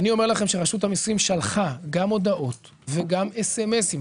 אני אומר לכם שרשות המיסים שלחה גם הודעות וגם אס.אם.אסים,